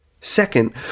Second